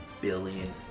billion